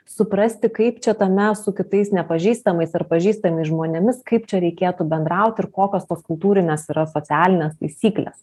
suprasti kaip čia tame su kitais nepažįstamais ar pažįstamais žmonėmis kaip čia reikėtų bendrauti ir kokios tos kultūrinės yra socialinės taisyklės